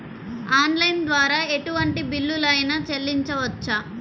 Online ద్వారా ఎటువంటి bill అయినా చెల్లించవచ్చా?